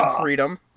Freedom